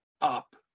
up